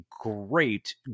great